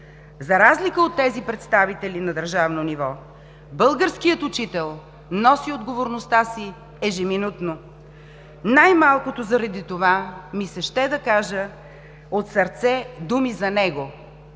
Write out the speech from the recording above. За разлика от тези представители на държавно ниво, българският учител носи отговорността си ежеминутно. Най-малкото заради това ми се ще да кажа от сърце думи за него,